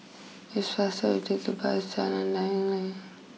it's faster to take the bus to Jalan Layang Layang